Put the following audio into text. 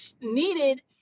needed